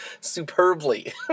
superbly